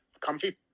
Comfy